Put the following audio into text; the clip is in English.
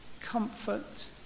comfort